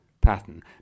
pattern